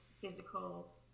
physical